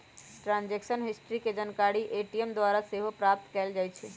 transaction history के जानकारी ATM द्वारा सेहो प्राप्त कएल जाइ छइ